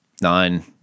nine